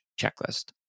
checklist